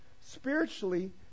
Spiritually